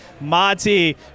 Mati